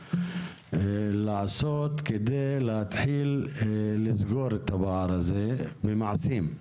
כדי להתחיל לסגור את הפער הזה במעשים.